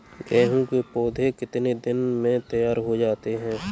गेहूँ के पौधे कितने दिन में तैयार हो जाते हैं?